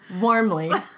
Warmly